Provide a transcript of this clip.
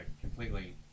completely